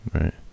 right